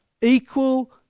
Equal